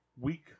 Week